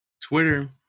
Twitter